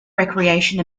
recreation